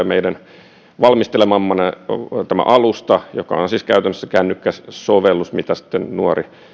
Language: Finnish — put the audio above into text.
meidän valmistelemana tulee tämä alusta joka on on siis käytännössä kännykkäsovellus mitä sitten nuori